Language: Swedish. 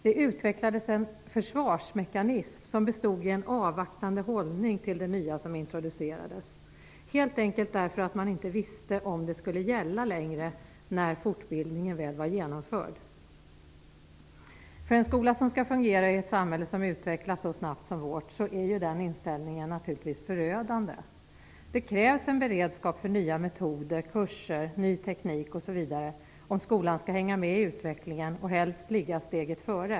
Det utvecklades en försvarsmekanism som bestod i en avvaktande hållning till det nya som introducerades, helt enkelt därför att man inte visste om det fortfarande skulle gälla när fortbildningen väl var genomförd. För en skola som skall fungera i ett samhälle som utvecklas så snabbt som vårt är ju denna inställning naturligtvis förödande. Det krävs en beredskap för nya metoder, kurser, ny teknik osv. om skolan skall hänga med i utvecklingen och helst ligga steget före.